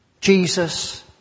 Jesus